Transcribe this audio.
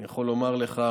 אני יכול לומר לך